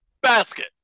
Basket